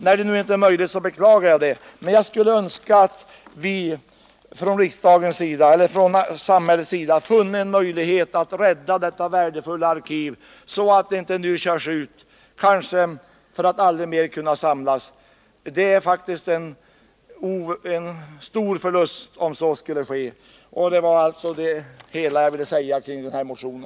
När det nu inte är möjligt beklagar jag det, men jag önskar att vi från samhällets sida finner en möjlighet att rädda detta värdefulla arkiv, så att det inte nu körs ut, kanske för att aldrig mer kunna — Nr 34 samlas. Det är faktiskt en stor förlust, om så skulle ske. Detta var vad jag ville